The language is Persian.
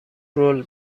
رول